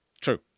True